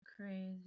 Crazy